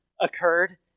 occurred